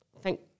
thank